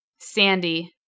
Sandy